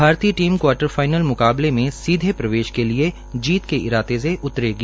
भारतीय team quarter final मुकाबले से सीधे प्रवेश के लिए जीत के इरादे से उत्लेगी